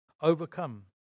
overcome